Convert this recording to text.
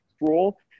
role